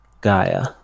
Gaia